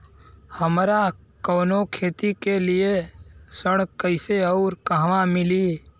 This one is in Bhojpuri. हमरा कवनो खेती के लिये ऋण कइसे अउर कहवा मिली?